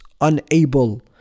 unable